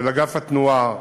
של אגף התנועה,